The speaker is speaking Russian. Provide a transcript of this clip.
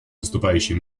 выступающий